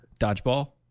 Dodgeball